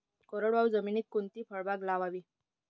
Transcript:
कोरडवाहू जमिनीत कोणती फळबाग लावावी?